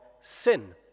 sin